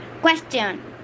Question